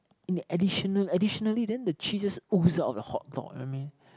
in a additional additionally then the cheese just ooze out of the hot dog I mean